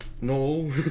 no